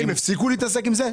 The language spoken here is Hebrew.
הם הפסיקו להתעסק עם זה?